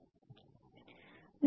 ശരി